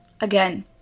Again